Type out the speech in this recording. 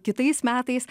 kitais metais